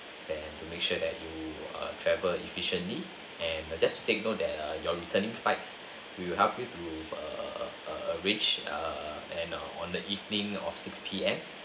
that to make sure that you err travel efficiently and just take note that err your returning flights will help you to err err reach err and on the evening of six P_M